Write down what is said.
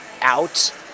out